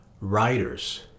Writers